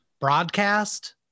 broadcast